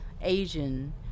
Asian